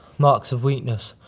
marks of weakness,